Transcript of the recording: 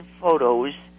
photos